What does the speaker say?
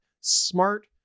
smart